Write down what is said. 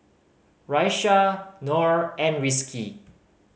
Raisya Nor and Rizqi